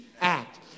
act